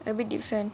a bit different